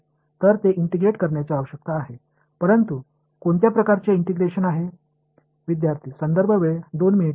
मला ते इंटिग्रेट करण्याची आवश्यकता आहे परंतु कोणत्या प्रकारचे इंटिग्रेशन आहे